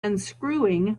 unscrewing